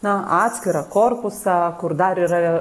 na atskirą korpusą kur dar yra